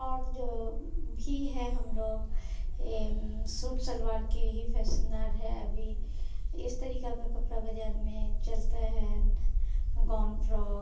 और जो भी है हम लोग यह सूट सलवार की ही फैशनेर है अभी इस तरीक़े के कपड़े बाज़ार में चलते हैं गाउन फ्रॉक